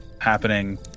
happening